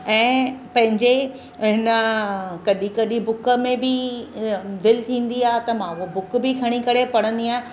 ऐं पंहिंजे हिन कॾहिं कॾहिं बुक में बि दिलि थींदी आहे त मां उहो बुक बि खणी करे पढ़ंदी आहियां